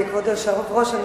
אדוני היושב-ראש.